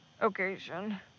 occasion